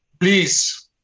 Please